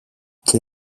και